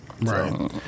Right